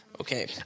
Okay